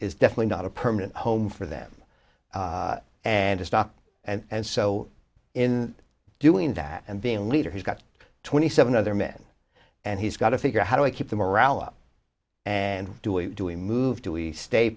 is definitely not a permanent home for them and to stop and so in doing that and being a leader who's got twenty seven other men and he's got to figure out how do we keep the morale up and do it do we move to we stay